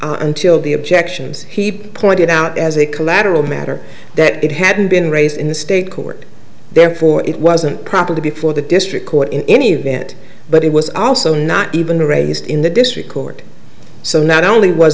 until the objections he pointed out as a collateral matter that it hadn't been raised in the state court therefore it wasn't proper to be for the district court in any event but it was also not even raised in the district court so not only was